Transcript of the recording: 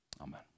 Amen